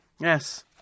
Yes